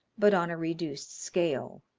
but on a reduced scale.